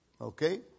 okay